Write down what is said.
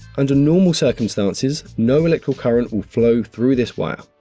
under normal circumstances, no electrical current will flow through this wire.